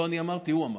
לא אני אמרתי, הוא אמר: